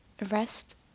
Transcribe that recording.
rest